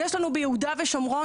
יש לנו ביהודה ושומרון,